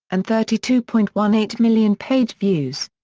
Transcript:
and thirty two point one eight million page views.